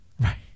Right